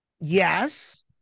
yes